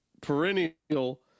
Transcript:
perennial